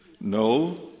no